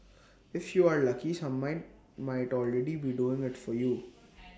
if you are lucky some might might already be doing IT for you